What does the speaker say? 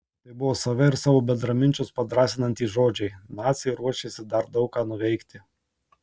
tai buvo save ir savo bendraminčius padrąsinantys žodžiai naciai ruošėsi dar daug ką nuveikti